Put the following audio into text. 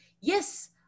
Yes